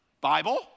Bible